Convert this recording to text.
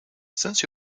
since